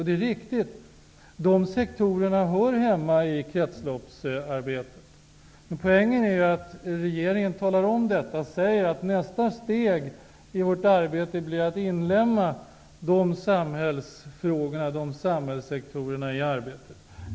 Det är riktigt att dessa sektorer hör hemma i kretsloppsarbetet. Poängen är att regeringen talar om detta. Man säger att nästa steg i arbetet blir att inlemma dessa samhällssektorer i arbetet.